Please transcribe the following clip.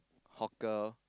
hawker